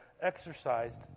exercised